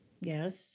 Yes